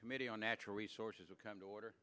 committee on natural resources of come to order